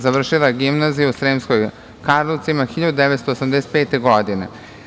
Završila je gimnaziju u Sremskim Karlovcima 1985. godine.